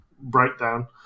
breakdown